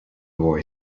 boy